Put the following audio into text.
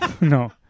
No